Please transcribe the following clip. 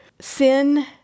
sin